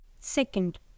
Second